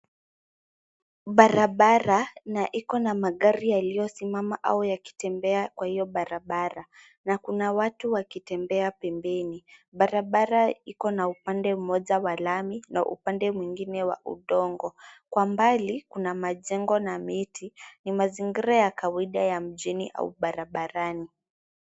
Barabara, na iko na magari yaliyosimama au yakitembea kwa hiyo barabara na kuna watu wakitembea pembeni . Barabara iko na upande mmoja wa lami na upande mwingine wa udongo. Kwa mbali, kuna majengo na miti . Ni mazingira ya kawaida ya mji au barabarani.